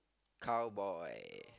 cowboy